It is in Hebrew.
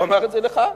הוא אמר את זה גם לך.